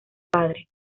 padre